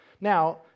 Now